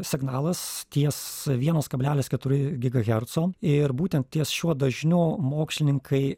signalas ties vienas kablelis keturi gigaherco ir būtent ties šiuo dažniu mokslininkai